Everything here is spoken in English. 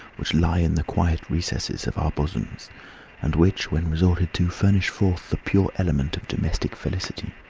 which lie in the quiet recesses of our bosoms and which when resorted to, furnish forth the pure element of domestic felicity.